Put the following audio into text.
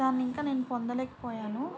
దానిని ఇంకా నేను పొందలేక పోయాను